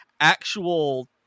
actual